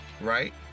right